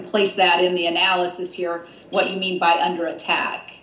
place that in the analysis here what do you mean by under attack